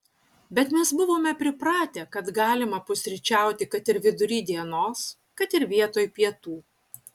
bet mes buvome pripratę kad galima pusryčiauti kad ir vidury dienos kad ir vietoj pietų